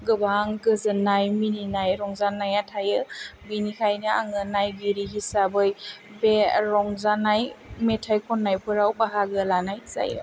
गोबां गोजोन्नाय मिनिनाय रंजानाया थायो बेनिखायनो आङो नायगिरि हिसाबै बे रंजानाय मेथाइ खन्नायफोराव बाहागो लानाय जायो